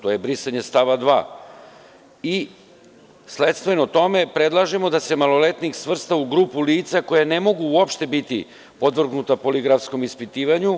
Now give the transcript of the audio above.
To je brisanje stava 2. i sledstveno tome predlažemo da se maloletnik svrsta u grupu lica koja ne mogu uopšte biti podvrgnuta poligrafskom ispitivanju.